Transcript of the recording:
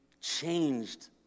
changed